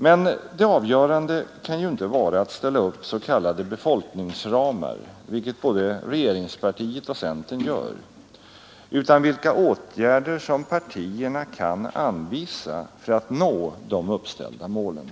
Men det avgörande kan ju inte vara att ställa upp s.k. befolkningsramar vilket både regeringspartiet och centern gör — utan vilka åtgärder som partierna kan anvisa för att nå de uppställda målen.